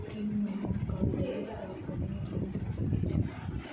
की महिला कऽ अलग सँ कोनो ऋण योजना छैक?